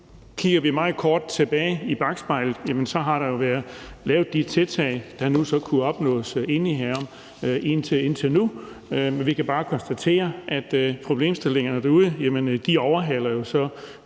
Kigger vi meget kort tilbage i bakspejlet, har der jo været lavet de tiltag, der kunne opnås enighed om indtil nu, men vi kan bare konstatere, at problemstillingerne derude jo overhaler